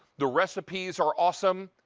the recipes are awesome.